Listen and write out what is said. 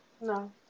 No